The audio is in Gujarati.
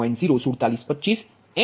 04725 એંગલ 221